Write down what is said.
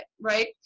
right